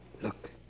look